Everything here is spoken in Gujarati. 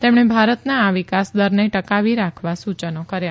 તેમણે ભારતના આ વિકાસ દરને કાવી રાખવા સુચનો કર્યા